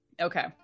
okay